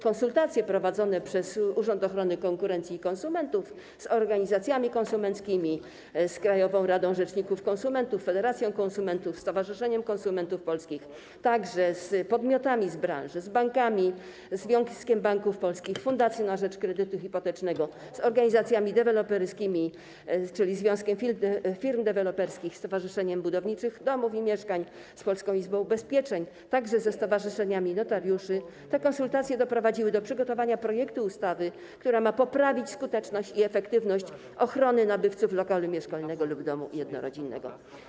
Konsultacje prowadzone przez Urząd Ochrony Konkurencji i Konsumentów z organizacjami konsumenckimi - z Krajową Radą Rzeczników Konsumentów, Federacją Konsumentów, Stowarzyszeniem Konsumentów Polskich, a także z podmiotami z branży, tj. bankami - Związkiem Banków Polskich, Fundacją na Rzecz Kredytu Hipotecznego, z organizacjami deweloperskimi, czyli Polskim Związkiem Firm Deweloperskich, Stowarzyszeniem Budowniczych Domów i Mieszkań, z Polską Izbą Ubezpieczeń, a także ze stowarzyszeniami notariuszy - doprowadziły do przygotowania projektu ustawy, która ma poprawić skuteczność i efektywność ochrony nabywców lokalu mieszkalnego lub domu jednorodzinnego.